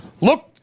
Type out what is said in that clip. Look